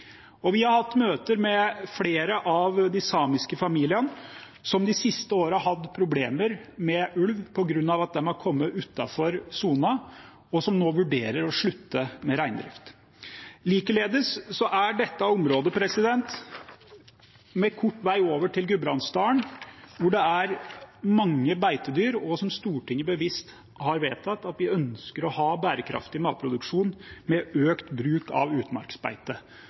Vi har hatt møter med flere av de samiske familiene, som de siste årene har hatt problemer med ulv på grunn av at de har kommet utenfor sonen, og som nå vurderer å slutte med reindrift. Likeledes er dette et område med kort vei over til Gudbrandsdalen, hvor det er mange beitedyr, og hvor Stortinget bevisst har vedtatt at vi ønsker å ha bærekraftig matproduksjon med økt bruk av utmarksbeite,